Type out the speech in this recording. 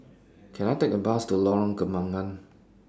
Can I Take A Bus to Lorong Kembagan